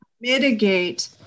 mitigate